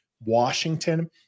Washington